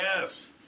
Yes